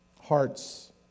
hearts